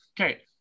Okay